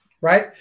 right